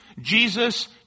Jesus